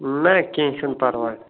نہ کیٚنٛہہ چھُنہٕ پَرواے